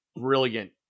brilliant